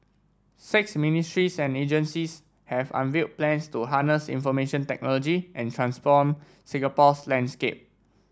six ministries and agencies have unveiled plans to harness information technology and transform Singapore's landscape